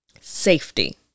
safety